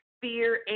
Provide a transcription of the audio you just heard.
fear